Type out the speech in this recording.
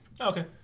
Okay